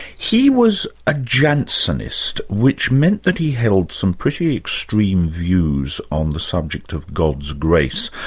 he was a jansenist, which meant that he held some pretty extreme views on the subject of god' grace.